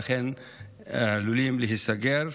ולכן הם עלולים להיסגר,